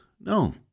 No